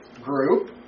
group